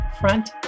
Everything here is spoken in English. Front